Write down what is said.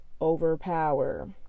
overpower